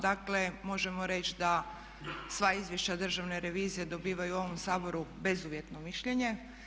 Dakle možemo reći da sva izvješća državne revizije dobivaju u ovom Saboru bezuvjetno mišljenje.